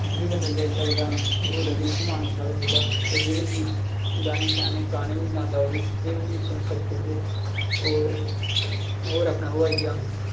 उद्धर बी बंदा जाई सकदा होर रिंकु मानसर आह्ला जेह्ड़ा ओह्दे बी गीत गाने शाने गाने बी गांदा ओह् इत्थें सुनी सकदे होर होर अपना ओह् आई गेआ